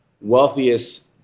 wealthiest